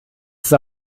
ist